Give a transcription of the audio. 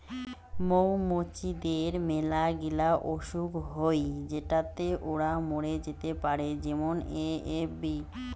মৌ মুচিদের মেলাগিলা অসুখ হই যেটোতে ওরা মরে যেতে পারে যেমন এ.এফ.বি